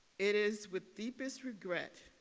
it is with deepest regret